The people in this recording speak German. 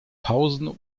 pausen